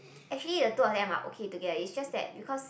actually the two of them are okay together is just that because